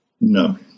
No